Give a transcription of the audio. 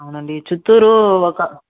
అవునండి చిత్తూరు ఒక